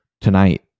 Tonight